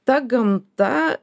ta gamta